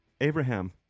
Abraham